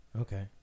Okay